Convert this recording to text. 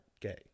gay